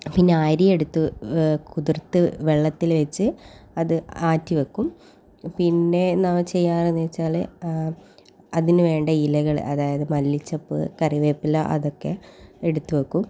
പിന്നെ അരിയെടുത്ത് കുതിർത്ത് വെള്ളത്തിൽ വെച്ച് അത് ആറ്റി വെക്കും പിന്നെ എന്നാ ചെയ്യാർ എന്ന് വെച്ചാൽ അതിന് വേണ്ട ഇലകൾ അതായത് മല്ലിച്ചപ്പ് കറിവേപ്പില അതൊക്കെ എടുത്തു വെക്കും